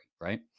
right